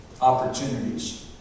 opportunities